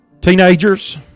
teenagers